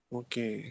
okay